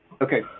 Okay